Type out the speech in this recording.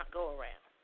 go-around